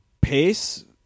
pace